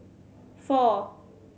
four